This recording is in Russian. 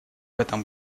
этом